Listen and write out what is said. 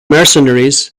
mercenaries